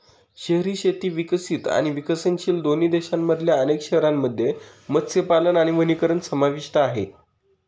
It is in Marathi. शहरी शेती विकसित आणि विकसनशील दोन्ही देशांमधल्या अनेक शहरांमध्ये मत्स्यपालन आणि वनीकरण समाविष्ट आहे